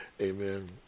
amen